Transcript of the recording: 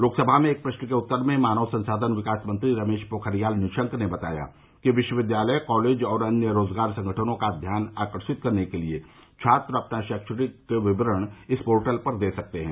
लोकसभा में एक प्रश्न के उत्तर में मानव संसाधन विकास मंत्री रमेश पोखरियाल निशंक ने बताया कि विश्वविद्यालय कॉलेज और अन्य रोजगार संगठनों का ध्यान आकर्षित करने के लिए छात्र अपना शैक्षणिक विवरण इस पोर्टल पर दे सकते हैं